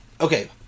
Okay